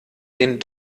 den